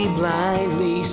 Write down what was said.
blindly